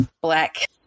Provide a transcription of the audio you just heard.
black